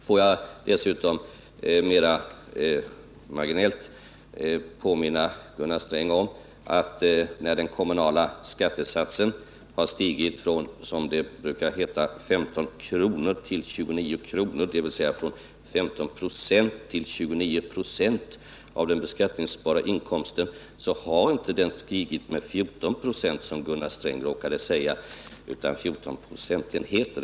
Får jag dessutom mera marginellt påminna Gunnar Sträng om att när den kommunala skattesatsen har stigit från, som det brukar heta, 15 kr. till 29 kr., dvs. från 15 96 till 29 26, av den beskattningsbara inkomsten, så har den inte stigit med 14 96, som Gunnar Sträng råkade säga, utan med 14 procentenheter.